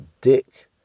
dick